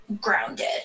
grounded